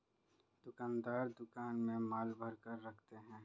दुकानदार दुकान में माल भरकर रखते है